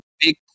big